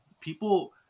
people